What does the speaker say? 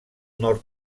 nord